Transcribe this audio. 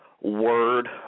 Word